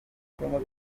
ibwami